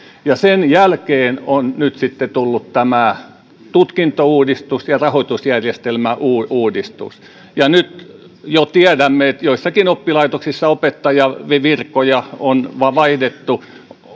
sen jälkeen on nyt sitten tullut tämä tutkintouudistus ja rahoitusjärjestelmäuudistus ja nyt jo tiedämme että joissakin oppilaitoksissa opettajanvirkoja on vaihdettu